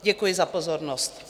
Děkuji za pozornost.